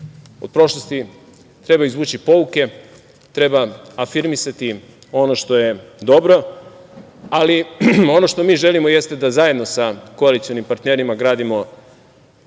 Od prošlosti treba izvući pouke, treba afirmisati ono što je dobro, ali ono što mi želimo jeste da zajedno sa koalicionim partnerima gradimo